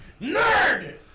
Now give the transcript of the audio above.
Nerd